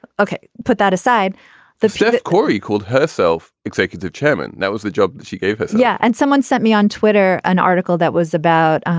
ok, put that aside the planet corey called herself executive chairman. that was the job she gave us yeah. and someone sent me on twitter an article that was about,